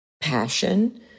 passion